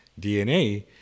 DNA